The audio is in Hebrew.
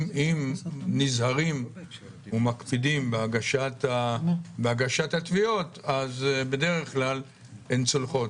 אם נזהרים ומקפידים בהגשת התביעות אז בדרך כלל הן צולחות.